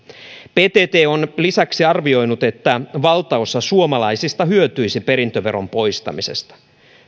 ptt on lisäksi arvioinut että valtaosa suomalaisista hyötyisi perintöveron poistamisesta